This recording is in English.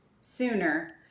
sooner